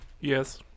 Yes